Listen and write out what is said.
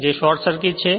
જે short circuit છે